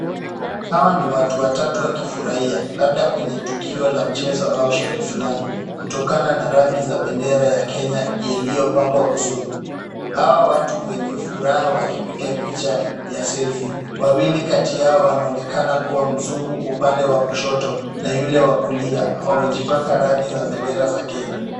Hawa ni watu watatu wakifurahia, labda kwenye tukio la mchezo au sherehe fulani kutokana na rangi za bendera ya Kenya iliyopakwa usoni ,Hawa watu wenye furaha wakipiga picha ya selfie (cs) , wawili kati yao wanaonekana kua mzungu upande wa kushoto na yule wa kulia wamejipaka rangi za bendera za Kenya